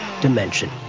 dimension